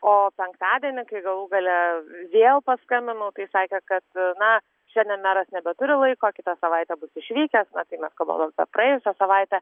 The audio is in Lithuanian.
o penktadienį kai galų gale vėl paskambinau tai sakė kad na šiandien meras nebeturi laiko kitą savaitę bus išvykęs na tai mes kalbam apie praėjusią savaitę